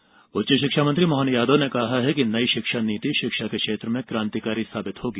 शिक्षा नीति उच्च शिक्षा मंत्री मोहन यादव ने कहा है कि नई शिक्षा नीति शिक्षा के क्षेत्र में क्रांतिकारी साबित होगी